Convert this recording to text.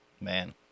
Man